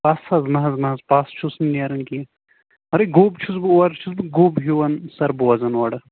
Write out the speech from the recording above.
پَس حظ نہ حظ نہ پَس چھُس نہٕ نیٚران کیٚنٛہہ مگر گوٚب چھُس بہٕ اورٕ چھُس بہٕ گوٚب ہیٛوٗ زن سَر بوٚزَان اورٕ